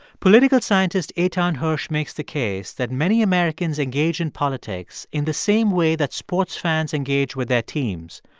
political scientist eitan hersh makes the case that many americans engage in politics in the same way that sports fans engage with their teams,